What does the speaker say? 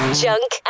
junk